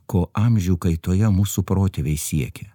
ko amžių kaitoje mūsų protėviai siekė